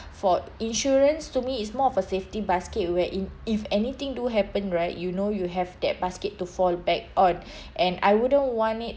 for insurance to me is more of a safety basket where in if anything do happen right you know you have that basket to fall back on and I wouldn't want it